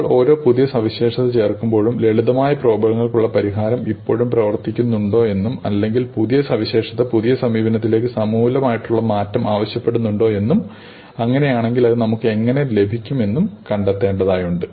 നമ്മൾ ഒരോ പുതിയ സവിശേഷത ചേർക്കുമ്പോഴേക്കും ലളിതമായ പ്രോബ്ലങ്ങൾക്കുള്ള പരിഹാരം ഇപ്പോഴും പ്രവർത്തിക്കുന്നുണ്ടോ എന്നും അല്ലെങ്കിൽ പുതിയ സവിശേഷത പുതിയ സമീപനത്തിലേക്ക് സമൂലമായിട്ടുള്ള മാറ്റം ആവശ്യപ്പെടുന്നുണ്ടോ എന്നും അങ്ങനെയാണെങ്കിൽ അത് നമുക്ക് എങ്ങനെ ലഭിക്കുമെന്നും നമ്മൾ കണ്ടെത്തേണ്ടതുണ്ട്